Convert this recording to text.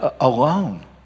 alone